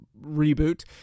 reboot